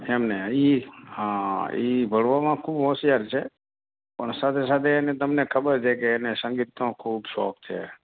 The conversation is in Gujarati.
એમને એ હા એ ભણવામાં ખૂબ હોંશિયાર છે પણ સાથે સાથે એને તમને ખબર છે કે એને સંગીતનો ખૂબ શોખ છે